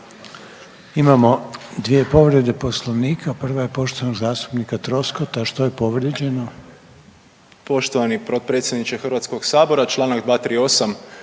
Imamo dvije povrede Poslovnika. Prva je poštovanog zastupnika Troskota. Što je povrijeđeno? **Troskot, Zvonimir (MOST)** Poštovani potpredsjedniče Hrvatskog sabora, članak 238.